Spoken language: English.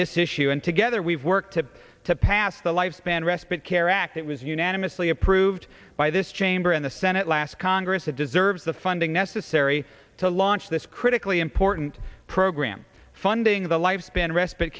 this issue and together we've worked to to pass the lifespan respite care act that was unanimously approved by this chamber in the senate last congress that deserves the funding necessary to launch this critically important program funding the lifespan respite